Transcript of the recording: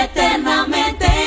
Eternamente